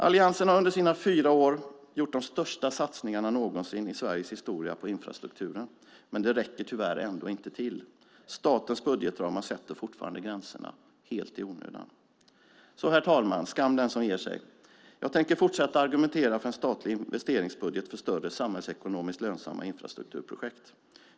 Alliansen har under sina fyra år gjort de största satsningarna någonsin i Sveriges historia på infrastrukturen, men det räcker tyvärr ändå inte till. Statens budgetramar sätter fortfarande gränserna - helt i onödan. Herr talman! Skam den som ger sig! Jag tänker fortsätta argumentera för en statlig investeringsbudget för större samhällsekonomiskt lönsamma infrastrukturprojekt.